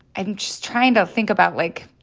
i'm just trying to think about, like,